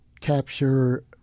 capture